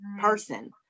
person